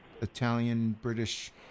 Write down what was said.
Italian-British